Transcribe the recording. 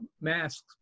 masks